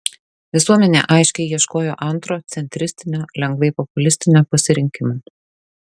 visuomenė aiškiai ieškojo antro centristinio lengvai populistinio pasirinkimo